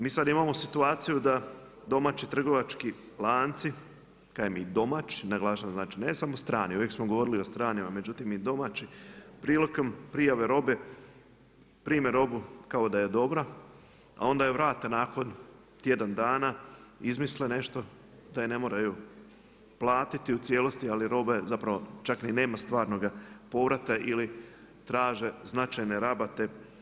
Mi sada imamo situaciju da domaći trgovački lanci, naglašavam domaći, ne samo strani, uvijek smo govorili o stranima, međutim i domaći prilikom prijave robe prime robu kao da je dobra, a onda je vrate nakon tjedan dana izmisle nešto da je ne moraju platiti u cijelosti, ali roba čak ni nema stvarnoga povrata ili traže značajne rabate.